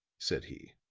said he.